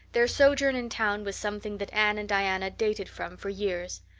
their sojourn in town was something that anne and diana dated from for years.